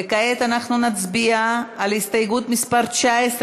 וכעת אנחנו נצביע על הסתייגות מס' 19,